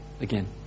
again